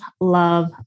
love